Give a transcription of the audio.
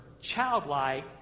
childlike